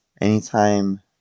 anytime